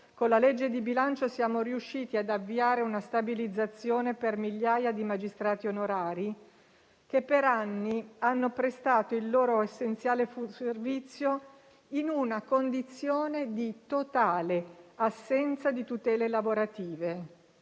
con la legge di bilancio siamo riusciti ad avviare una stabilizzazione per migliaia di magistrati onorari, che per anni hanno prestato il loro essenziale servizio in una condizione di totale assenza di tutele lavorative